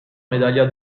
medaglia